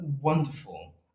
wonderful